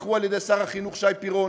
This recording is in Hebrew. שייבחרו על-ידי שר החינוך שי פירון,